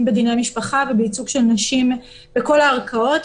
בדיני משפחה ובייצוג של נשים בכל הערכאות,